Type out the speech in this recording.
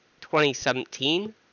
2017